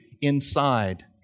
inside